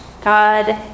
God